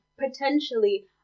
potentially